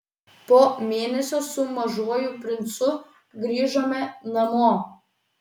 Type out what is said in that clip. po mėnesio su mažuoju princu grįžome namo